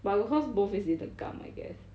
but because both is the gum I guess